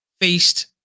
faced